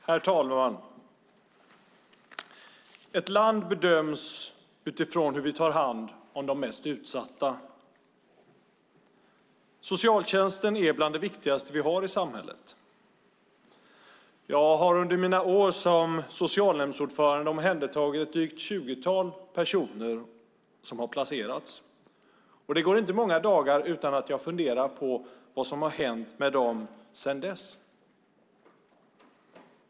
Herr talman! Ett land bedöms utifrån hur man tar hand om de mest utsatta. Socialtjänsten är bland det viktigaste vi har i samhället. Jag har under mina år som socialnämndsordförande omhändertagit drygt 20 personer, som har placerats. Det går inte många dagar utan att jag funderar på vad som har hänt med dem sedan dess.